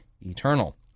eternal